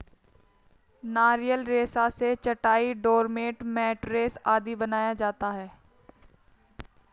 नारियल रेशा से चटाई, डोरमेट, मैटरेस आदि बनाया जाता है